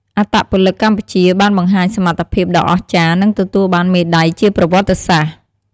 អត្តពលិកកម្ពុជាបានបង្ហាញសមត្ថភាពដ៏អស្ចារ្យ និងទទួលបានមេដាយជាប្រវត្តិសាស្រ្ត។